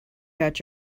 got